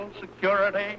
security